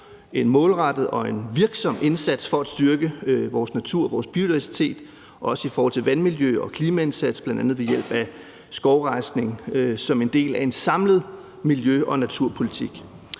en målrettet og en virksom indsats for at styrke vores natur og vores biodiversitet, også i forhold til vandmiljø og klimaindsats, bl.a. ved hjælp af skovrejsning som en del af en samlet miljø- og naturpolitik.